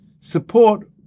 support